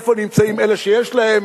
איפה נמצאים אלה שיש להם,